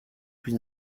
plus